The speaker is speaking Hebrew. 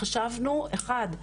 חשבנו אחד,